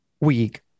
week